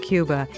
Cuba